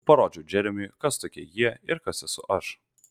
parodžiau džeremiui kas tokie jie ir kas esu aš